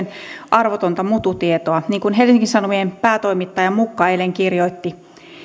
arvotonta mututietoa niin kuin helsingin sanomien päätoimittaja mukka eilen kirjoitti